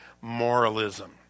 moralism